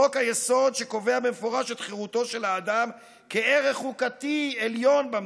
חוק-היסוד שקובע במפורש את חירותו של האדם כערך חוקתי עליון במדינה.